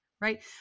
right